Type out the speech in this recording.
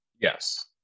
Yes